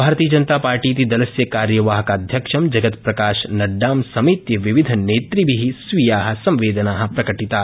भारतीयजनतापार्टीति दलस्य कार्यवाहकाध्यक्ष जगत्प्रकाशनड्डा समेत्य विविधनेतृभि स्वीया संवेदना प्रकटिता